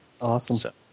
Awesome